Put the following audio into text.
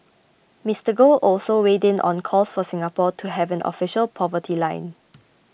Mister Goh also weighed in on calls for Singapore to have an official poverty line